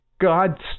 God